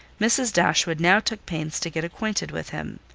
mrs. dashwood now took pains to get acquainted with him.